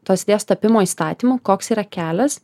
tos idėjos tapimo įstatymu koks yra kelias